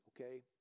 okay